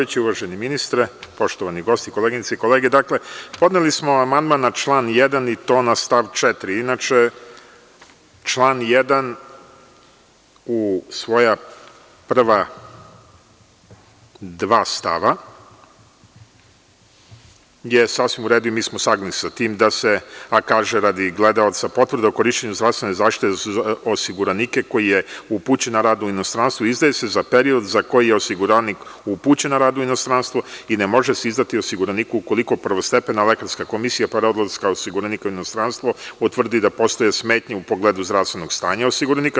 Uvaženi ministre, poštovani gosti, koleginice i kolege, podneli smo amandman na član 1. i to na stav 4. Inače, član 1. u svoja prva dva stava je sasvim u redu i mi smo saglasni sa tim, a kažem radi gledaoca – potvrda o korišćenju zdravstvene zaštite za osiguranika koji je upućen na rad u inostranstvo izdaje se za period za koji je osiguranik upućen na rad u inostranstvo i ne može se izdati osiguraniku ukoliko prvostepena lekarska komisija, pre odlaska osiguranika u inostranstvo, utvrdi da postoje smetnje u pogledu zdravstvenog stanja osiguranika.